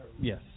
Yes